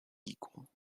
equal